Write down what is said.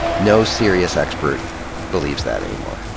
no serious expert believes that anymore.